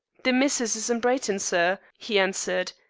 the missus is in brighton, sir, he answered.